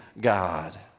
God